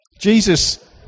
Jesus